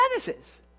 Genesis